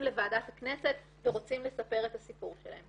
לוועדת הכנסת ורוצים לספר את הסיפור שלהם.